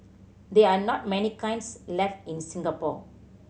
there are not many kilns left in Singapore